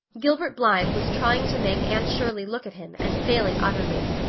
gilbert blythe was trying to make anne shirley look at him and failing utterly,